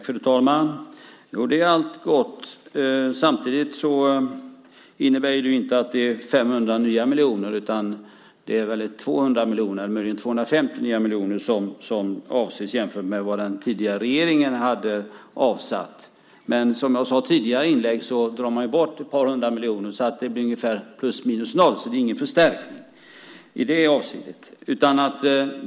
Fru talman! Det är allt gott. Samtidigt innebär det inte att det är 500 nya miljoner. Det är väl 200, möjligen 250, nya miljoner som avses jämfört med vad den tidigare regeringen hade avsatt. Som jag sade tidigare dras ett par hundra miljoner bort. Det blir ungefär plus minus noll - ingen förstärkning i det avseendet.